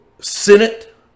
senate